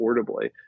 affordably